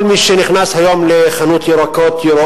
כל מי שנכנס היום לחנות ירקות ומסתכל על מחירי הפירות,